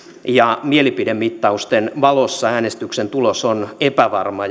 ja mielipidemittausten valossa äänestyksen tulos on epävarma